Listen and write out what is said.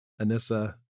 Anissa